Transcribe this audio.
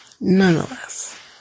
Nonetheless